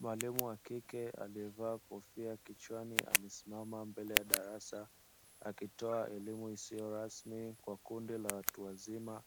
Mwalimu wa kike aliyevaa kofia kichwani amesimama mbele ya darasa akitoa elimu isio rasmi kwa watu wazima,